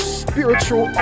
spiritual